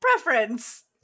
preference